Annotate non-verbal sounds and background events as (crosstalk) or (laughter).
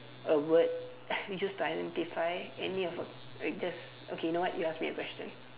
a word (noise) used to identify any of a just okay you know what you ask me a question